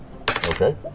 Okay